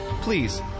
please